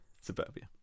Suburbia